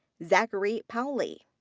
zachary powley.